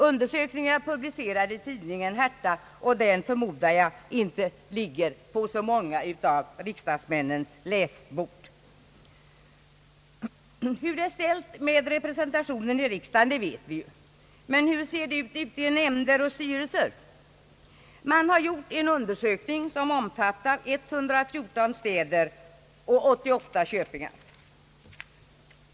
Undersökningen publicerades i tidningen Hertha, och den förmodar jag inte ligger på så många av riksdagsmännens läsbord. Hur det är ställt med representationen i riksdagen vet vi ju. Men hur ser det ut i nämnder och styrelser? Det har gjorts en undersökning omfattande 114 städer och 88 köpingar.